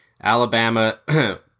Alabama